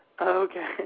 Okay